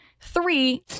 Three